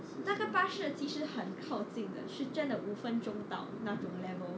那个巴士其实很靠近的是真的五分钟到那种 level